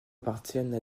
appartiennent